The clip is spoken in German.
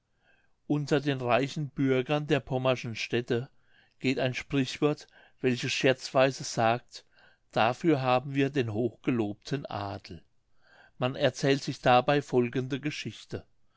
unter den reichen bürgern der pommerschen städte geht ein sprichwort welches scherzweise sagt dafür haben wir den hochgelobten adel man erzählt sich dabei folgende geschichte